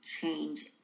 Change